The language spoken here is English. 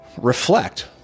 reflect